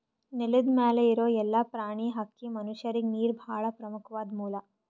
ನೆಲದ್ ಮ್ಯಾಲ್ ಇರೋ ಎಲ್ಲಾ ಪ್ರಾಣಿ, ಹಕ್ಕಿ, ಮನಷ್ಯರಿಗ್ ನೀರ್ ಭಾಳ್ ಪ್ರಮುಖ್ವಾದ್ ಮೂಲ